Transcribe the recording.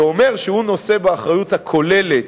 זה אומר שהוא נושא באחריות הכוללת.